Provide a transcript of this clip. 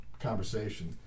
conversation